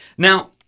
Now